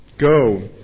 Go